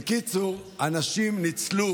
בקיצור, אנשים ניצלו